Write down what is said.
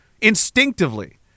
Instinctively